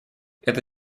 это